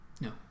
No